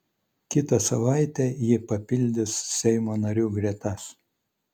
kitą savaitę ji papildys seimo narių gretas